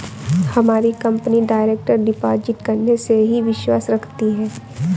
हमारी company direct deposit करने में ही विश्वास रखती है